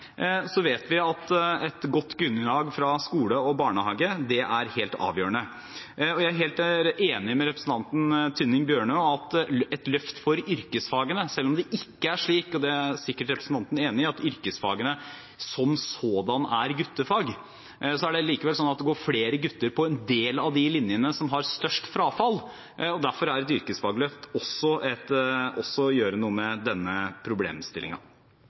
så vet vi at et godt grunnlag fra skole og barnehage er helt avgjørende. Jeg er helt enig med representanten Tynning Bjørnø i dette med et løft for yrkesfagene. Selv om det ikke er slik – og det er sikkert representanten enig i – at yrkesfagene som sådan er guttefag, er det likevel sånn at det går flere gutter på en del av de linjene som har størst frafall. Derfor vil et yrkesfagløft også gjøre noe med denne